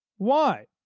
why?